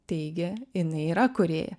teigia jinai yra kūrėja